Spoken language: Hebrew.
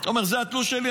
אומר: זה התלוש שלי,